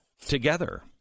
together